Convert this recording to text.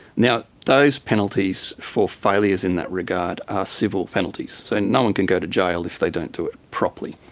now, those penalties for failures in that regard are civil penalties, so no one can go to jail if they don't do it properly.